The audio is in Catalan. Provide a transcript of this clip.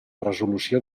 resolució